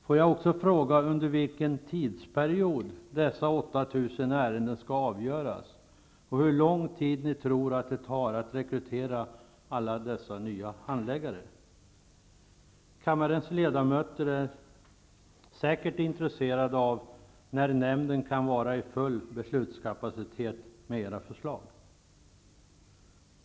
Låt mig också fråga under vilken tidsperiod dessa 8 000 ärenden skall avgöras och hur lång tid ni tror att det tar att rekrytera alla dessa nya handläggare. Kammarens ledamöter är säkert intresserade av när nämnden kan vara i full beslutskapacitet om era förslag genomförs.